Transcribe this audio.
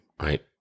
Right